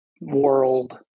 world